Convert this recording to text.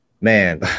man